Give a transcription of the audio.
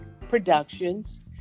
Productions